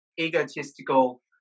egotistical